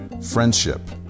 friendship